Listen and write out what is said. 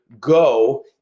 go